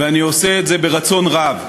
ואני עושה את זה ברצון רב.